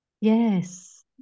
Yes